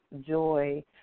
joy